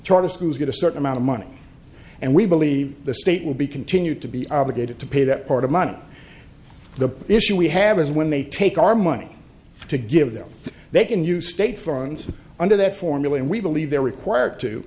charter schools get a certain amount of money and we believe the state will be continue to be obligated to pay that part of money the issue we have is when they take our money to give them they can use state funds under that formula and we believe they're required to